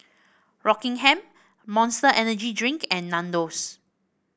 Rockingham Monster Energy Drink and Nandos